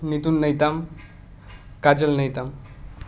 नितून नेतम काजल नेताम